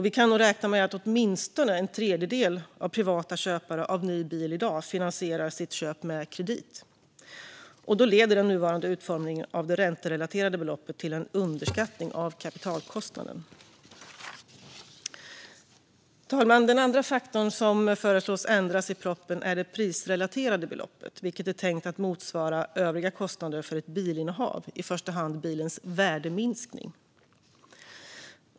Vi kan nog räkna med att åtminstone en tredjedel av privata köpare av ny bil i dag finansierar sitt köp med kredit. Då leder den nuvarande utformningen av det ränterelaterade beloppet till en underskattning av kapitalkostnaden. Fru talman! Den andra faktorn som föreslås ändras i propositionen är det prisrelaterade beloppet, vilket är tänkt att motsvara övriga kostnader för ett bilinnehav, i första hand bilens värdeminskning.